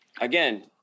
again